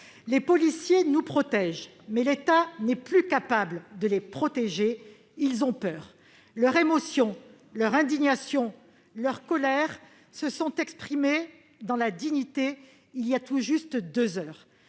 Les policiers nous protègent, mais l'État n'est plus capable de les protéger. Ils ont peur. Leur émotion, leur indignation, leur colère se sont exprimées dans la dignité il y a tout juste deux heures.